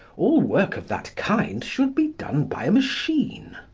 all work of that kind should be done by a machine.